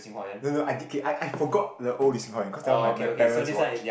no no no I okay I I forgot the old cause that one my my parents watch